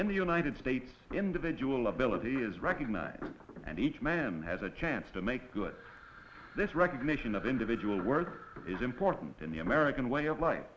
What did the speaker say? in the united states individual ability is recognized and each man has a chance to make good this recognition of individual words is important in the american way of life